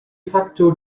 facto